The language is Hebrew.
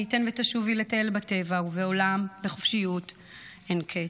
מי ייתן ותשובי לטייל בטבע ובעולם בחופשיות אין-קץ,